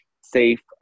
safe